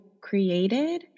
created